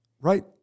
right